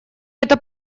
это